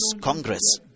congress